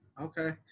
Okay